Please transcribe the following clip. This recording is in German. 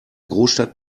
großstadt